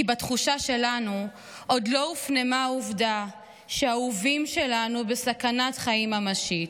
כי בתחושה שלנו עוד לא הופנמה העובדה שהאהובים שלנו בסכנת חיים ממשית,